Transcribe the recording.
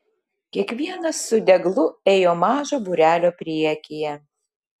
kiekvienas su deglu ėjo mažo būrelio priekyje